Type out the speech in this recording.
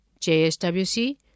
JSWC